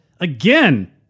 again